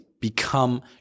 become